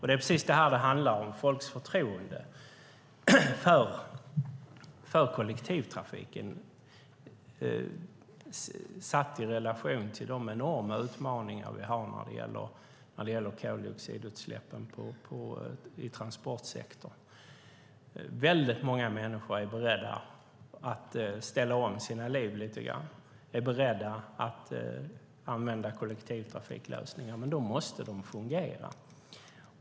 Det är precis detta det handlar om - folks förtroende för kollektivtrafiken, satt i relation till de enorma utmaningar vi har när det gäller koldioxidutsläppen i transportsektorn. Väldigt många människor är beredda att ställa om sina liv lite grann och är beredda att använda kollektivtrafiklösningar. Men då måste det fungera.